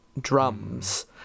drums